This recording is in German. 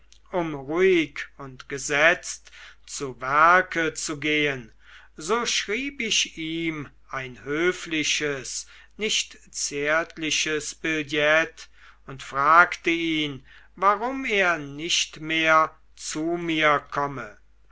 um ruhig und gesetzt zu werke zu gehen so schrieb ich ihm ein höfliches nicht zärtliches billett und fragte ihn warum er nicht mehr zu mir komme